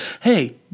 Hey